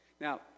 Now